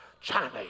China